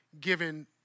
given